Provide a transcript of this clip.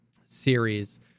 series